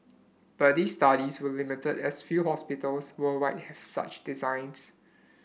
but these studies were limited as few hospitals worldwide have such designs